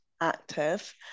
active